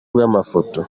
bw’amafoto